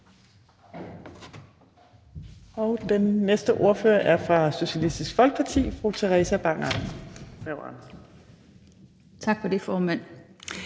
Den næste ordfører er fra Socialistisk Folkeparti, fru Theresa Berg Andersen